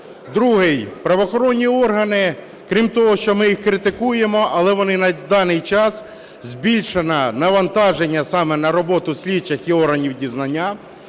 Друге. Правоохоронні органи, крім того, що ми їх критикуємо, але на даний час збільшено навантаження саме на роботу слідчих і органів дізнання.